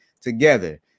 together